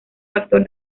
factor